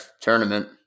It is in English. tournament